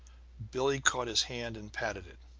billie caught his hand and patted it.